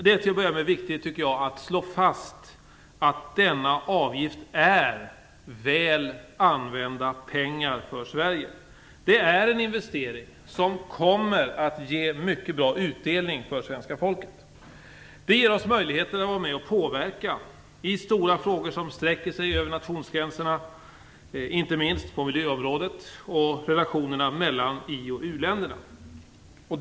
Det är till att börja med viktigt att slå fast att denna avgift är väl använda pengar för Sverige. Det är en investering som kommer att ge mycket bra utdelning för svenska folket. Det ger oss möjligheter att påverka i stora frågor som sträcker sig över nationsgränserna, inte minst på miljöområdet och när det gäller relationerna mellan i och u-länderna.